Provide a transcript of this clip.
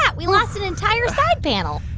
yeah we lost an entire side panel